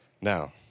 Now